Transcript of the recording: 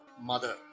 mother